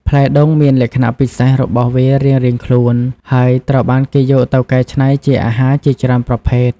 ផ្លែដូងមានលក្ខណៈពិសេសរបស់វារៀងៗខ្លួន ហើយត្រូវបានគេយកទៅកែច្នៃជាអាហារជាច្រើនប្រភេទ។